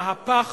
מהפך